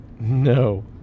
No